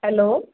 hello